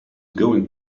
going